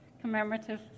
commemorative